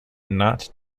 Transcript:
not